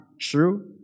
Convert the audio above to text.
true